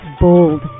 bold